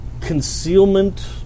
concealment